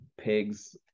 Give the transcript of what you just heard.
pigs